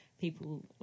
people